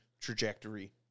trajectory